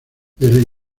desde